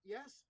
Yes